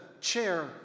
chair